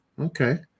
Okay